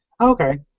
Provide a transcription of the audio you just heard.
okay